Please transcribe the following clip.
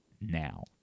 now